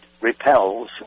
repels